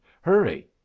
Hurry